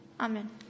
Amen